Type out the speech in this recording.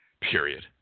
period